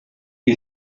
you